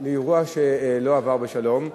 שלא עבר בשלום.